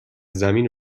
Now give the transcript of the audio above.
زمین